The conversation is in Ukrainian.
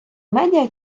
медіа